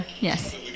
Yes